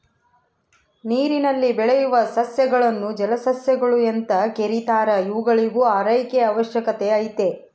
ನೀರಿನಲ್ಲಿ ಬೆಳೆಯುವ ಸಸ್ಯಗಳನ್ನು ಜಲಸಸ್ಯಗಳು ಎಂದು ಕೆರೀತಾರ ಇವುಗಳಿಗೂ ಆರೈಕೆಯ ಅವಶ್ಯಕತೆ ಐತೆ